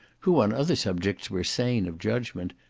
who, on other subjects, were sane of judgment,